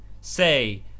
say